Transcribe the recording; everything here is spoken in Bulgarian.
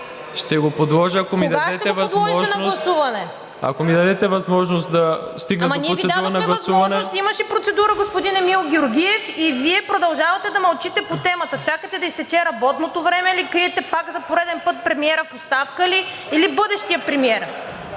ИВАНОВ: Ако ми дадете възможност да стигна до процедура на гласуване… ДЕСИСЛАВА ТРИФОНОВА: Ние Ви дадохме възможност. Имаше процедура господин Емил Георгиев и Вие продължавате да мълчите по темата. Чакате да изтече работното време ли, криете пак, за пореден път, премиера в оставка ли, или бъдещия премиер?